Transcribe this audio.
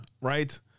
right